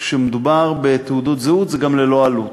וכשמדובר בתעודות זהות זה גם ללא עלות,